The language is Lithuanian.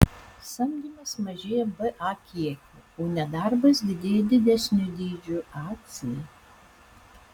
samdymas mažėja ba kiekiu o nedarbas didėja didesniu dydžiu ac